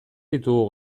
ditugu